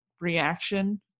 reaction